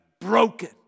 broken